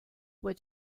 what